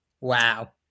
Wow